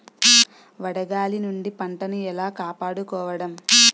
వడగాలి నుండి పంటను ఏలా కాపాడుకోవడం?